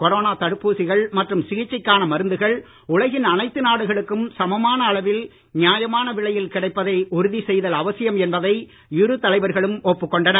corona தடுப்பூசிகள் மற்றும் சிகிச்சைக்கான மருந்துகள் உலகின் அனைத்து நாடுகளுக்கும் சமமான அளவில் நியாயமான விலையில் கிடைப்பதை உறுதி செய்தல் அவசியம் என்பதை இரு தலைவர்களும் ஒப்புக் கொண்டனர்